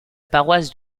paroisse